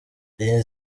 iyi